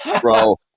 Bro